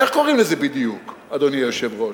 איך קוראים לזה בדיוק, אדוני היושב-ראש?